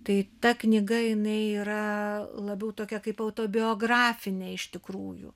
tai ta knyga jinai yra labiau tokia kaip autobiografinė iš tikrųjų